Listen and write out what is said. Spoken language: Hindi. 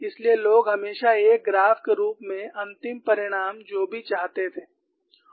इसलिए लोग हमेशा एक ग्राफ के रूप में अंतिम परिणाम जो भी चाहते थे